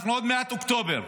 אנחנו עוד מעט באוקטובר,